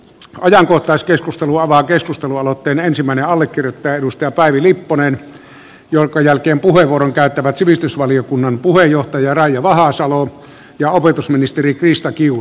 ajankohtaiskeskustelun avaa keskustelualoitteen ensimmäinen allekirjoittaja edustaja päivi lipponen jonka jälkeen puheenvuoron käyttävät sivistysvaliokunnan puheenjohtaja raija vahasalo ja opetusministeri krista kiuru